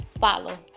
follow